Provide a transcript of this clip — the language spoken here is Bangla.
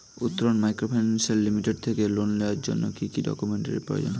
উত্তরন মাইক্রোফিন্যান্স লিমিটেড থেকে লোন নেওয়ার জন্য কি কি ডকুমেন্টস এর প্রয়োজন?